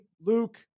Luke